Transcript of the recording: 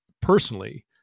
personally